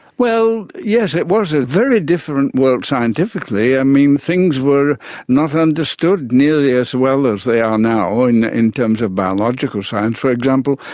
well, yes, it was a very different world scientifically. i mean things were not understood nearly as well as they are now in in terms of biological science. for example,